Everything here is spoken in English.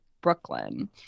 Brooklyn